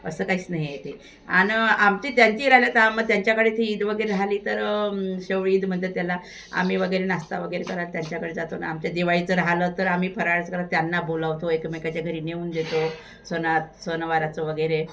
असं काहीच नाही आहे ते आणि आमची त्यांची राहिलं त आ मग त्यांच्याकडे ती ईद वगैरे राहिली तर शेवळी ईद म्हनतात त्याला आम्ही वगैरे नाश्ता वगैरे कराय त्यांच्याकडे जातो ना आमच्या दिवाळीचं राह्यलं तर आम्ही फराळाचं तर त्यांना बोलावतो एकमेकाच्या घरी नेऊन देतो सोना सणवाराचं वगैरे